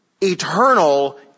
eternal